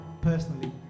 personally